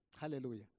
Hallelujah